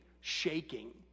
shaking